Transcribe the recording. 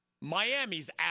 Miami's